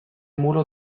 mulo